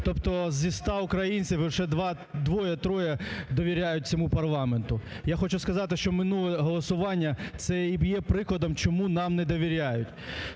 Тобто зі ста українців лише двоє-троє довіряють цьому парламенту. Я хочу сказати, що минуле голосування це і є прикладом чому нам не довіряють,